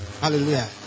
Hallelujah